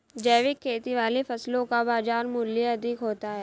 जैविक खेती वाली फसलों का बाजार मूल्य अधिक होता है